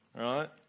right